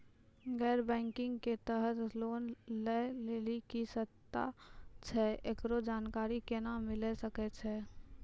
गैर बैंकिंग के तहत लोन लए लेली की सर्त छै, एकरो जानकारी केना मिले सकय छै?